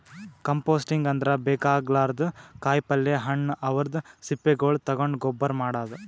composting ಅಂದ್ರ ಬೇಕಾಗಲಾರ್ದ್ ಕಾಯಿಪಲ್ಯ ಹಣ್ಣ್ ಅವದ್ರ್ ಸಿಪ್ಪಿಗೊಳ್ ತಗೊಂಡ್ ಗೊಬ್ಬರ್ ಮಾಡದ್